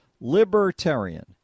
Libertarian